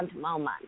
moment